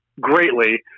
greatly